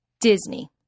Disney